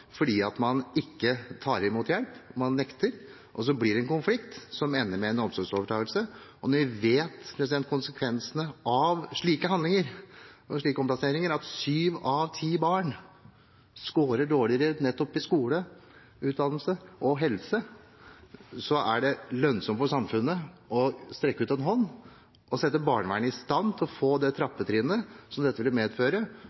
fordi man ikke tar imot hjelp. Man nekter, og så blir det en konflikt som ender med en omsorgsovertakelse. Når vi vet konsekvensene av slike omplasseringer, at syv av ti barn scorer dårligere nettopp i skolen og når det gjelder utdannelse og helse, er det lønnsomt for samfunnet å strekke ut en hånd og sette barnevernet i stand til å få det